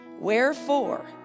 Wherefore